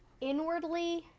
inwardly